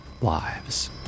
lives